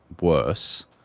worse